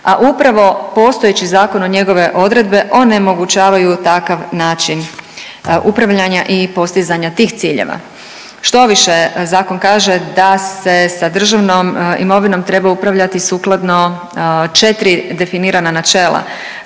a upravo postojeći zakon i njegove odredbe onemogućavaju takav način upravljanja i postizanja tih ciljeva. Štoviše zakon kaže da se sa državnom imovinom treba upravljati sukladno 4 definirana načela,